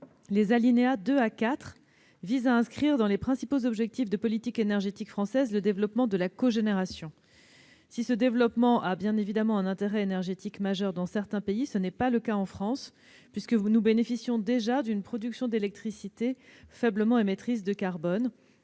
ses alinéas 2 à 4 visent à inscrire parmi les principaux objectifs de politique énergétique française le développement de la cogénération. Si ce développement a bien évidemment un intérêt énergétique majeur dans certains pays, ce n'est pas le cas en France, puisque nous bénéficions déjà d'une production d'électricité faiblement émettrice de carbone.